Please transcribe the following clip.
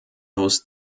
aus